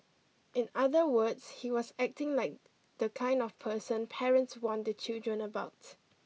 in other words he was acting like the kind of person parents warn the children about